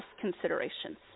considerations